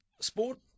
sport